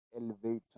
Elevator